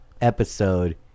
episode